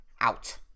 out